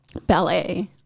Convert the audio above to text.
ballet